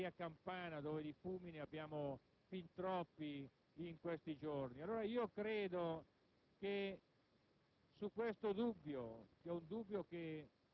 aleggiare nell'aria: guarda caso, l'aria campana, dove di fumi ne abbiamo fin troppi in questi giorni. Devo ammettere che